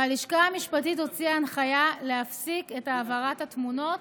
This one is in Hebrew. והלשכה המשפטית הוציאה הנחיה להפסיק את העברת התמונות,